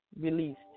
released